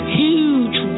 huge